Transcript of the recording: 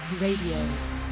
Radio